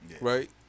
Right